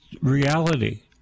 reality